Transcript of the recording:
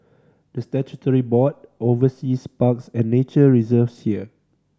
the statutory board oversees parks and nature reserves here